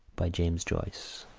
by james joyce